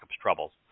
Troubles